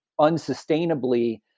unsustainably